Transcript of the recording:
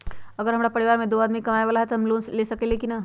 अगर हमरा परिवार में दो आदमी कमाये वाला है त हम लोन ले सकेली की न?